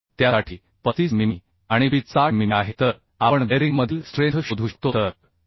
त्यासाठी 35 मिमी आणि पिच 60 मिमी आहे तर आपण बेअरिंगमधील स्ट्रेंथ शोधू शकतो तर 2